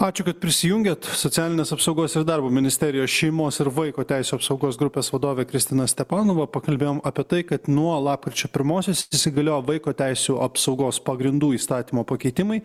ačiū kad prisijungėt socialinės apsaugos ir darbo ministerijos šeimos ir vaiko teisių apsaugos grupės vadovė kristina stepanova pakalbėjom apie tai kad nuo lapkričio pirmosios įsigaliojo vaiko teisių apsaugos pagrindų įstatymo pakeitimai